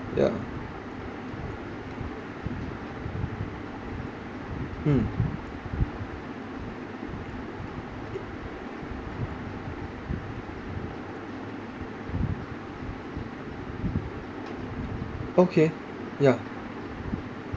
yeah mm okay yeah